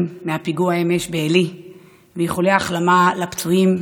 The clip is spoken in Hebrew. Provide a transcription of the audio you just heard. בפיגוע אמש בעלי ואיחולי החלמה לפצועים.